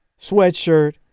sweatshirt